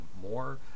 more